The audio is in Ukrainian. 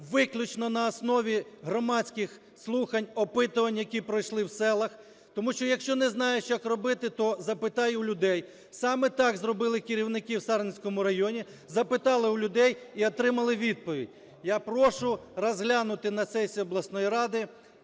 виключно на основі громадських слухань, опитувань, які пройшли в селах, тому що якщо не знаєш як робити, то запитай у людей. Саме так зробили керівники в Сарненському районі, запитали у людей і отримали відповідь. Я прошу розглянути на сесії обласної ради